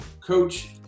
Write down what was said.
Coach